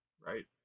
right